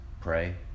pray